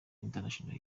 international